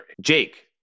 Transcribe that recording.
Jake